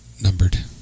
numbered